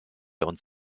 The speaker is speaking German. uns